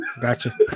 Gotcha